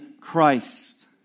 Christ